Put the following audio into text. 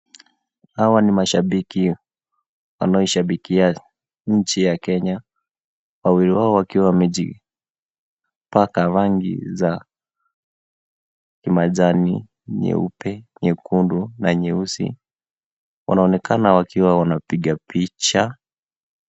Hawa ni mashabiki wanaoshabikia nchi ya Kenya . Wawili wao wakiwa wamejipaka rangi za majani, nyeupe, nyekundu na nyeusi. Wanaonekana wakiwa wanapiga picha.